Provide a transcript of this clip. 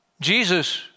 Jesus